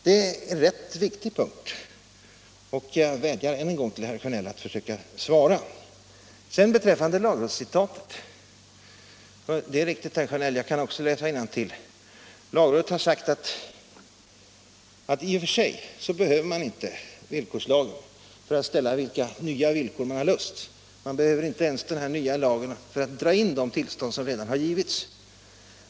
Detta är en viktig punkt, och jag vädjar därför än en gång till herr Sjönell att försöka svara. Sedan beträffande lagrådscitatet — vilket är riktigt, herr Sjönell, jag kan också läsa innantill — har lagrådet sagt att man i och för sig inte behöver villkorslagen för att ställa upp vilka nya villkor man har lust med. Man behöver inte ens den nya lagen för att dra in de tillstånd som redan har givits.